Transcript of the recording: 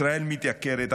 ישראל מתייקרת,